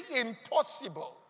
impossible